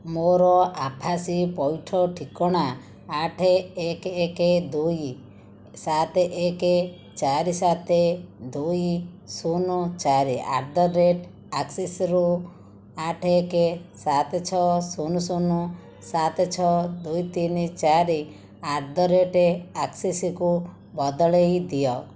ମୋର ଆଭାସୀ ପଇଠ ଠିକଣା ଆଠେ ଏକେ ଏକେ ଦୁଇ ସାତେ ଏକେ ଚାରି ସାତେ ଦୁଇ ଶୂନ ଚାରି ଆଟ୍ ଦ ରେଟ୍ ଅକ୍ସିସ୍ରୁ ଆଠେ ଏକେ ସାତେ ଛଅ ଶୂନ ଶୂନ ସାତେ ଛଅ ଦୁଇ ତିନି ଚାରି ଆଟ୍ ଦ ରେଟ୍ ଅକ୍ସିସ୍କୁ ବଦଳାଇ ଦିଅ